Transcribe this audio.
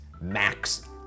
max